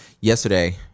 yesterday